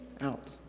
out